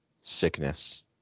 sickness